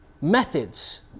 methods